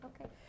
Okay